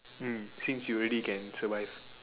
mm since you already can survive